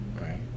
Right